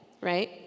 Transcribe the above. right